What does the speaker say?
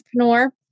entrepreneur